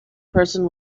person